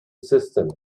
system